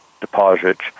deposits